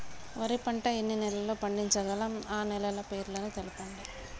వరి పంట ఎన్ని నెలల్లో పండించగలం ఆ నెలల పేర్లను తెలుపండి?